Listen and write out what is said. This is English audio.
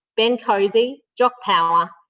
ben cozey, jock power,